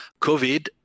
COVID